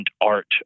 art